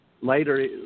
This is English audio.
later